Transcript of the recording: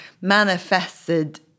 manifested